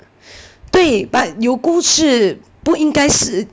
对 but 有故事不应该是